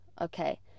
Okay